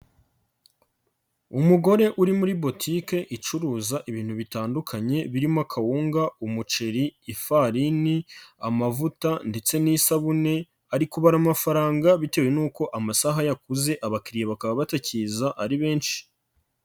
Umugore uri muri botike icuruza ibintu bitandukanye, birimo kawunga, umuceri, ifarini, amavuta ndetse n'isabune, ari kubara amafaranga bitewe n'uko amasaha yakuze abakiriya bakaba batakiri benshi.